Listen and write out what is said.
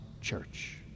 church